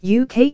UK